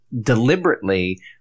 deliberately